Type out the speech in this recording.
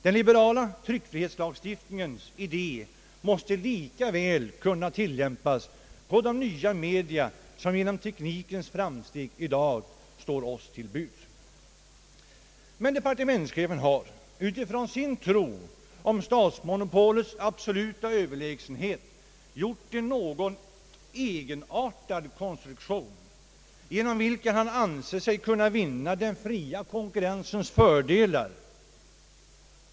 Den liberala tryckfrihetslagstiftningens idé måste lika väl kunna tillämpas på de nya media som genom teknikens framsteg i dag står oss till buds, men departementschefen har utifrån sin tro om statsmonopolets absoluta överlägsenhet gjort en något egenartad konstruktion, genom vilken han anser sig kunna vinna den fria konkurrensens fördelar.